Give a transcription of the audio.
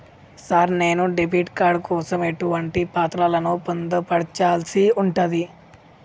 Sir నేను debit card కోసం ఎటువంటి పత్రాలను పొందుపర్చాల్సి ఉంటది?